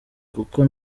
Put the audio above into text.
kuko